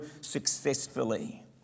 successfully